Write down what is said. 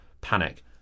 panic